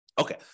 Okay